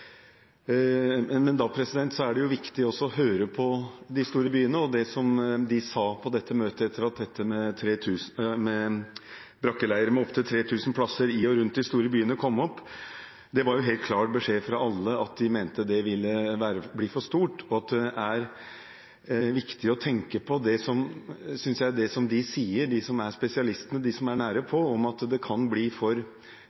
Men da er det også viktig å høre på de store byene og det de sa på dette møtet etter at dette med brakkeleirer med opptil 3 000 plasser i og rundt de store byene kom opp. Det var helt klar beskjed fra alle at de mente det ville bli for stort. Jeg synes det er viktig å tenke på det de sier, de som er spesialistene og de som er nære på, om at det kan bli for